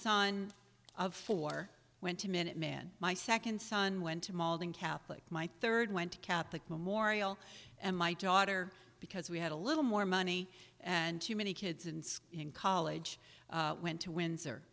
son of four went to minuteman my second son went to malden catholic my third went to catholic memorial and my daughter because we had a little more money and too many kids and in college went to windsor